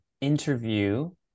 interview